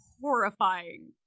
horrifying